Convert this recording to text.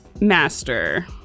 master